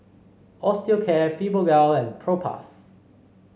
Osteocare Fibogel and Propass